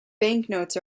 banknotes